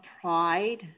pride